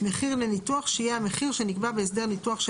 מחיר לניתוח שיהיה המחיר שנקבע בהסדר ניתוח של